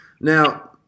Now